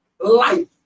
life